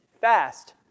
fast